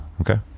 Okay